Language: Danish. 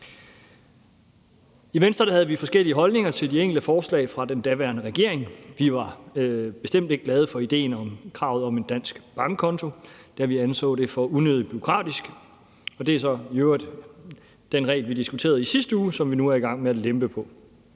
I Venstre havde vi forskellige holdninger til de enkelte forslag fra den daværende regering. Vi var bestemt ikke glade for idéen om kravet om en dansk bankkonto, da vi anså det for unødigt bureaukratisk. Det er så i øvrigt den regel, vi diskuterede i sidste uge, som vi nu er i gang med at lempe på.